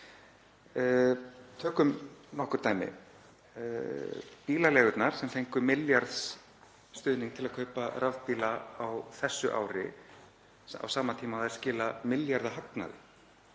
Tökum nokkur dæmi. Bílaleigurnar, sem fengu milljarðsstuðning til að kaupa rafbíla á þessu ári á sama tíma og þær skila milljarðahagnaði,